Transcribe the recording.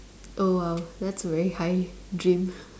oh !wow! that's a very high dream